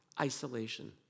isolation